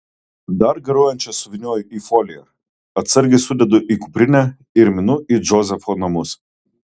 dar garuojančias suvynioju į foliją atsargiai sudedu į kuprinę ir minu į džozefo namus